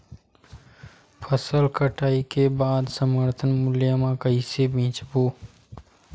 फसल कटाई के बाद समर्थन मूल्य मा कइसे बेचबो?